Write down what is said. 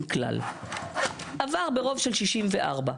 והחוק עובר ברוב של 64 ח״כים,